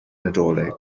nadolig